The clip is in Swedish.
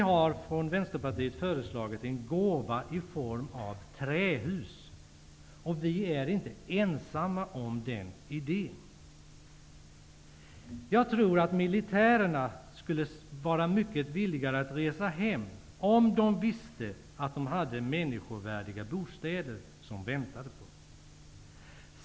Vi från Vänsterpartiet har föreslagit en gåva i form av trähus, och vi är inte ensamma om den idén. Militärerna skulle säkerligen vara mycket villigare att resa hem om de visste att de hade människovärdiga bostäder som väntade dem.